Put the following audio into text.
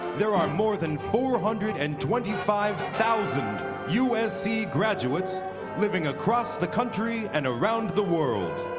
there are more than four hundred and twenty five thousand usc graduates living across the country and around the world.